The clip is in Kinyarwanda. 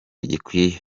gikwiye